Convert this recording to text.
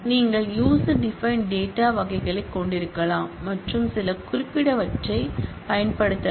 நீங்கள் user defined data வகைகளைக் கொண்டிருக்கலாம் மற்றும் சில குறிப்பிட்டவற்றைப் பயன்படுத்தலாம்